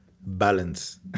balance